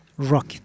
Rocket